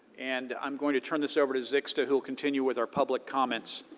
and i'm going to turn this over to zixta, who will continue with our public comments.